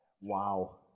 Wow